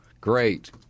great